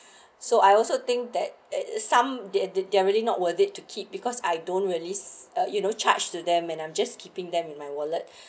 so I also think that at some they didn't really not worth it to keep because I don't release or you know charge to them and I'm just keeping them in my wallet